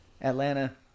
Atlanta